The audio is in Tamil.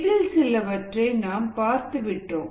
இதில் சிலவற்றை நாம் பார்த்துவிட்டோம்